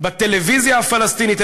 בטלוויזיה הפלסטינית,